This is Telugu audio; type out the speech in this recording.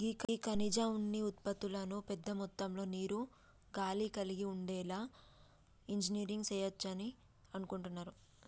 గీ ఖనిజ ఉన్ని ఉత్పతులను పెద్ద మొత్తంలో నీరు, గాలి కలిగి ఉండేలా ఇంజనీరింగ్ సెయవచ్చు అని అనుకుంటున్నారు